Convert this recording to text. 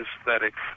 aesthetics